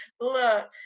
look